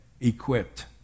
equipped